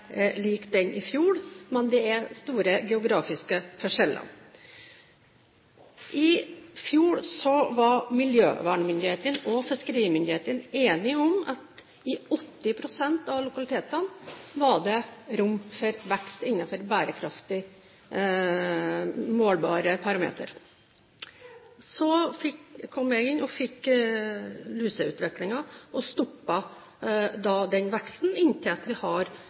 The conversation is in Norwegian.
lik den i fjor, men det er store geografiske forskjeller. I fjor var miljøvernmyndighetene og fiskerimyndighetene enige om at i 80 pst. av lokalitetene var det rom for vekst innenfor bærekraftige målbare parametere. Så kom jeg inn og fikk luseutviklingen, og stoppet da den veksten inntil vi har